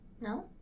No